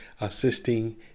assisting